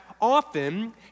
often